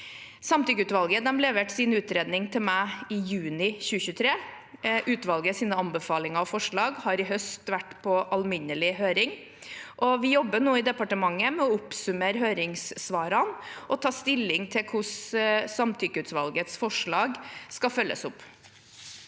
Samtykkeutvalget leverte sin utredning til meg i juni 2023. Utvalgets anbefalinger og forslag har i høst vært på alminnelig høring, og vi jobber nå i departementet med å oppsummere høringssvarene og å ta stilling til hvordan samtykkeutvalgets forslag skal følges opp.